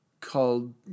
called